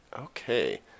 Okay